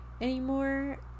anymore